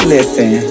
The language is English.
Listen